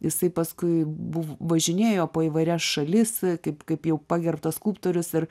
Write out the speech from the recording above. jisai paskui buv važinėjo po įvairias šalis kaip kaip jau pagerbtas skulptorius ir